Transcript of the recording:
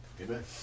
Amen